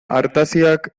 artaziak